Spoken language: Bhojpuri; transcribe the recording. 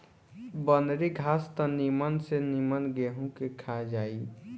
बनरी घास त निमन से निमन गेंहू के खा जाई